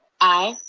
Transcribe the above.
aye.